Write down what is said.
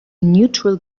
neutral